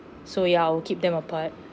so ya I will keep them apart